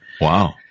Wow